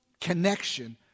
connection